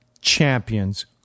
Champions